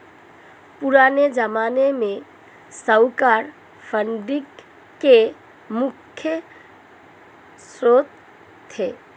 पुराने ज़माने में साहूकार फंडिंग के मुख्य श्रोत थे